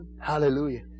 Hallelujah